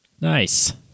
Nice